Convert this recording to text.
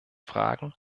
fragen